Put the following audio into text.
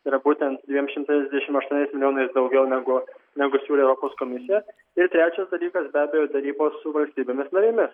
yra būtent dviem šimtais dvidešim aštuoniais milijonais daugiau negu negu siūlė europos komisija ir trečias dalykas be abejo derybos su valstybėmis narėmis